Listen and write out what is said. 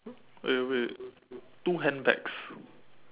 eh wait two handbags